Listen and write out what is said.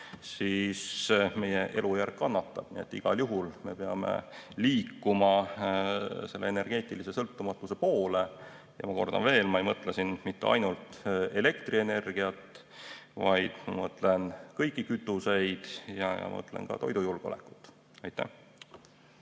siis meie elujärg kannatab. Nii et igal juhul me peame liikuma energeetilise sõltumatuse poole. Ma kordan veel: ma ei mõtle siin mitte ainult elektrienergiat, vaid mõtlen kõiki kütuseid ja mõtlen ka toidujulgeolekut. Aitäh,